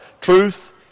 Truth